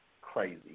crazy